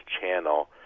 channel